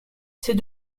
ses